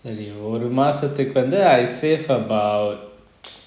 ஒரு மாசத்துக்கு வந்து:oru maasathuku vanthu I save about